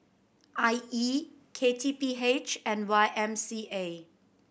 I E K T P H and Y M C A